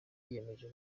yiyemeje